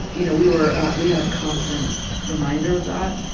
you know, we were we had a constant reminder of that.